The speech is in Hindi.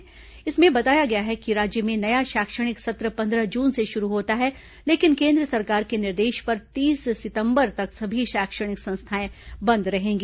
और इस इसमें बताया गया है कि राज्य में नया शैक्षणिक सत्र पंद्रह जून से शुरू होता है लेकिन केन्द्र सरकार के निर्देश पर तीस सितंबर तक सभी शैक्षणिक संस्थाएं बंद रहेंगी